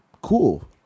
cool